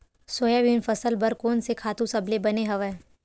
Soybean फसल बर कोन से खातु सबले बने हवय?